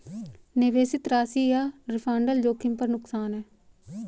निवेशित राशि या डिफ़ॉल्ट जोखिम पर नुकसान है